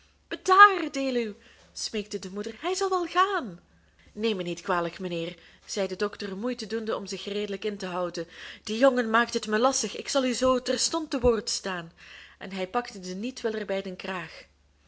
bedaar deluw smeekte de moeder hij zal wel gaan neem me niet kwalijk mijnheer zei de dokter moeite doende om zich redelijk in te houden die jongen maakt het me lastig ik zal u zoo terstond te woord staan en hij pakte den nietwiller bij den kraag